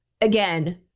again